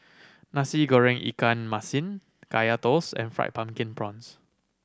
Nasi Goreng ikan masin Kaya Toast and Fried Pumpkin Prawns